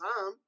time